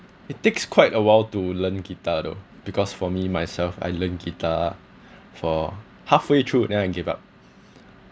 it takes quite a while to learn guitar though because for me myself I learn guitar for halfway through then I gave up